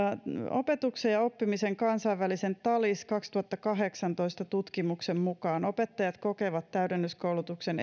opetuksen ja oppimisen kansainvälisen talis kaksituhattakahdeksantoista tutkimuksen mukaan opettajat kokevat täydennyskoulutuksen